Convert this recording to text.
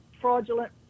fraudulent